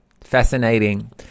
Fascinating